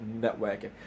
networking